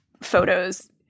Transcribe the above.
photos